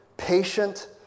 patient